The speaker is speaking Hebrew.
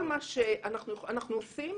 כל מה שאנחנו עושים,